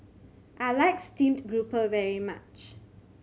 I like steamed grouper very much